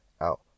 out